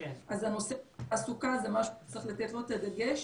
אז נושא התעסוקה זה משהו שצריך לתת עליו את הדגש